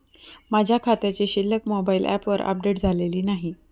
माझ्या खात्याची शिल्लक मोबाइल ॲपवर अपडेट झालेली नाही